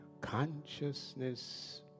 consciousness